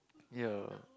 ya